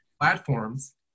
Platforms